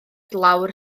lawr